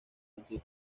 antonio